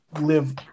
live